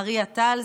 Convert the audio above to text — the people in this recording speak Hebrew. מריה טל,